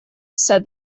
said